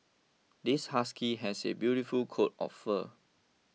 this husky has a beautiful coat of fur